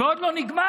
ועוד לא נגמר.